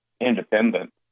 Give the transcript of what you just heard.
independent